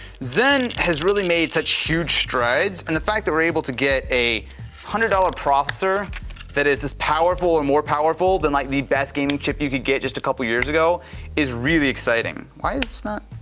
zen has really made such huge strides and the fact that we're able to get one hundred dollars processor that is as powerful and more powerful than like the best gaming chip you could get just a couple years ago is really exciting. why is this not?